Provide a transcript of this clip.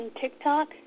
TikTok